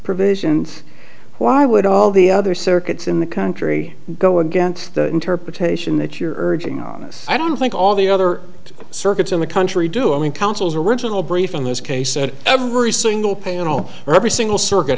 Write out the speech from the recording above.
provisions why would all the other circuits in the country go against the interpretation that you're urging on this i don't think all the other circuits in the country do i mean counsel's original brief in this case every single panel or every single